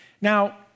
Now